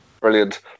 Brilliant